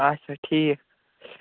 اَچھا ٹھیٖک